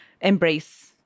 embrace